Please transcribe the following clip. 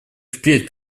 впредь